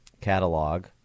catalog